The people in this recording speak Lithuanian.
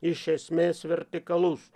iš esmės vertikalus